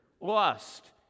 lust